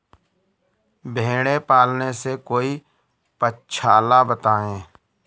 भेड़े पालने से कोई पक्षाला बताएं?